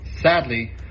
Sadly